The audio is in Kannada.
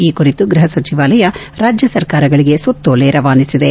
ಈ ಕುರಿತು ಗೃಹ ಸಚಿವಾಲಯ ರಾಜ್ಯ ಸರ್ಕಾರಗಳಿಗೆ ಸುತ್ತೋಲೆ ರವಾನಿಸಿದೆ